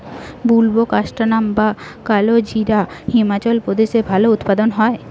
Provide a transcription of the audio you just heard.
বুলবোকাস্ট্যানাম বা কালোজিরা হিমাচল প্রদেশে ভালো উৎপাদন হয়